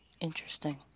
Interesting